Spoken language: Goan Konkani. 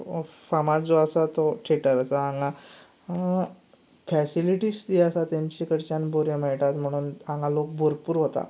फामाद जो आसा तो थेटर आसा हांगा फेसिलिटीज जी आसा तांचे कडच्यान बऱ्यो मेळटात म्हणून हांगा लोक भरपूर वतात